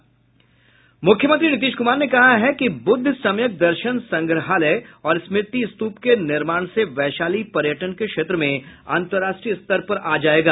मुख्यमंत्री नीतीश कुमार ने कहा है कि बुद्ध सम्यक दर्शन संग्रहालय और स्मृति स्तूप के निर्माण से वैशाली पर्यटन के क्षेत्र में अंतर्राष्ट्रीय स्तर पर आयेगा